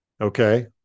Okay